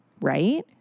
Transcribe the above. right